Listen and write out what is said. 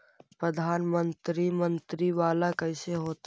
प्रधानमंत्री मंत्री वाला कैसे होता?